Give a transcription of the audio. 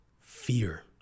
Fear